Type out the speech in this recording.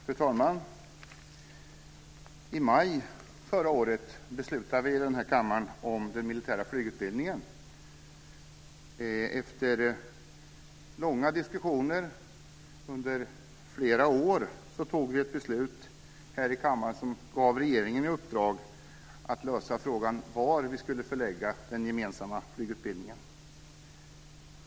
Fru talman! I maj förra året beslutade vi i kammaren om den militära flygutbildningen. Efter långa diskussioner under flera år tog vi i kammaren ett beslut, som gav regeringen i uppdrag att lösa frågan var vi skulle förlägga den gemensamma flygutbildningen.